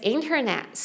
Internet